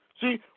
See